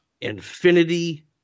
Infinity